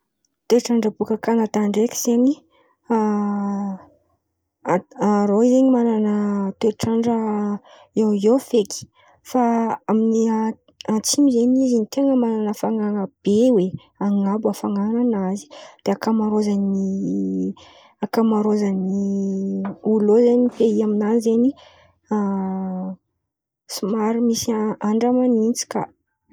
Toetrandra bôka Kanadà ndraiky zen̈y a arô zen̈y manana toetrandra eo eo feky. Fa amin’ny a- atsimo zen̈y izy no ten̈a manana hafanana be hoe, an̈abo hafan̈ananazy. De akamarozan’ny akamarozan’ny olo eo zen̈y pe* aminazy zen̈y a somary misy andra man̈intsy kà.